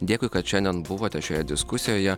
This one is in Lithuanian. dėkui kad šiandien buvote šioje diskusijoje